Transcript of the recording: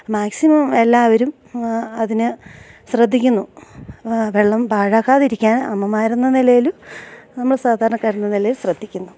maximum എല്ലാവരും അതിന് ശ്രദ്ധിക്കുന്നു വെള്ളം പാഴാക്കാതിരിക്കാൻ അമ്മമാരെന്ന നിലയിലും നമ്മള് സാധാരണക്കാരെന്ന നിലയിലും ശ്രദ്ധിക്കുന്നു